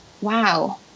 wow